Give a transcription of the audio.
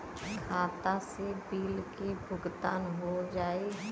खाता से बिल के भुगतान हो जाई?